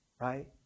right